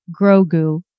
Grogu